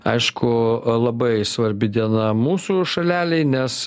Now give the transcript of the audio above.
aišku labai svarbi diena mūsų šalelei nes